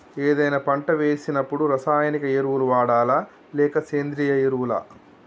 ఏదైనా పంట వేసినప్పుడు రసాయనిక ఎరువులు వాడాలా? లేక సేంద్రీయ ఎరవులా?